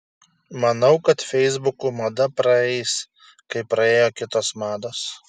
manau kad feisbukų mada praeis kaip praėjo kitos mados